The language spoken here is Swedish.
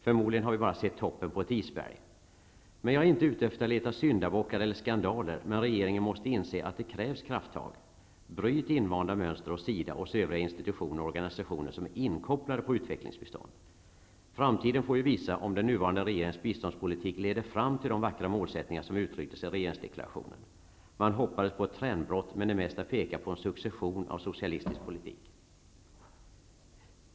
Förmodligen har vi bara sett toppen på ett isberg. Jag är inte ute efter att leta syndabockar och skandaler, men regeringen måste inse att det krävs krafttag. Bryt invanda mönster hos SIDA och hos övriga institutioner och organisationer som är inkopplade på utvecklingsbistånd. Framtiden får visa om den nuvarande regeringens biståndspolitik leder fram till de vackra målsättningar som uttrycktes i regeringsdeklarationen. Man hoppades på ett trendbrott, men det mesta pekar på en succession av socialistik politik.